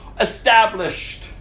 established